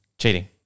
cheating